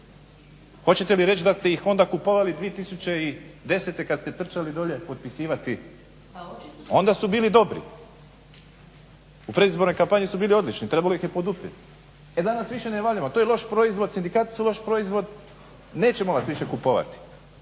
Hoćete li reći da ste ih onda kupovali 2010.kada ste trčali dolje potpisivati onda su bili dobri. U predizbornoj kampanji su bili odlični trebalo ih je poduprijeti. E danas više ne valjamo to je loš proizvod, sindikati su loš proizvod nećemo vas više kupovati